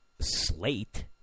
slate